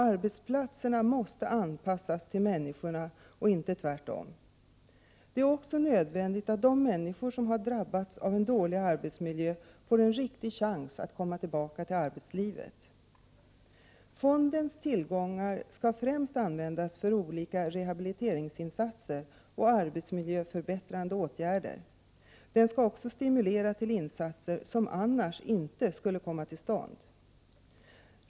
Arbetsplatserna måste anpassas till människorna och inte tvärtom. Det är också nödvändigt att de människor som har drabbats av en dålig arbetsmiljö får en riktig chans att komma tillbaka till arbetslivet. Fondens tillgångar skall främst användas för olika rehabiliteringsinsatser och arbetsmiljöförbättrande åtgärder. Fonden skall också stimulera till insatser som annars inte skulle komma till stånd.